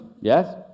Yes